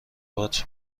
وات